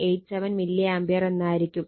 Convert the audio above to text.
87o milliampere എന്നായിരിക്കും